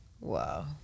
wow